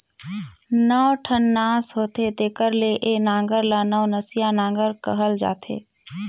नौ ठन नास होथे तेकर ले ए नांगर ल नवनसिया नागर कहल जाथे